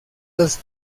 los